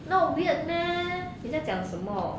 not weird meh 你在讲什么